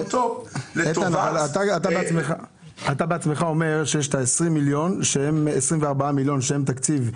אתה בעצמך אומר שיש את ה-24 מיליון שקלים שהם תקציב קואליציוני,